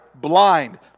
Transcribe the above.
blind